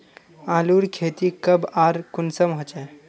आलूर खेती कब आर कुंसम होचे?